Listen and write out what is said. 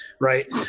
Right